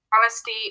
honesty